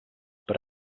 per